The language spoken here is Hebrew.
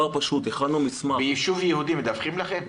דבר פשוט: הכנו מסמך --- ביישוב יהודי מדווחים לכם?